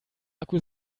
akku